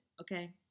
okay